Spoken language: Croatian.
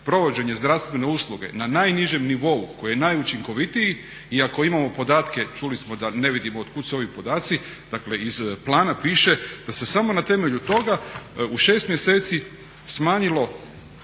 provođenje zdravstvene usluge na najnižem nivou koji je najučinkovitiji i ako imamo podatke čuli smo da ne vidimo od kud su ovi podaci, dakle iz plana piše da se samo na temelju toga u 6 mjeseci smanjilo